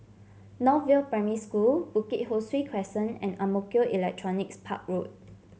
North View Primary School Bukit Ho Swee Crescent and Ang Mo Kio Electronics Park Road